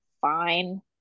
fine